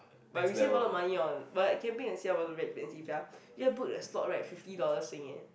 but we saved a lot of money on but camping and expensive sia here put a slot right fifty dollars Sing eh